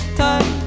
time